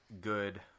good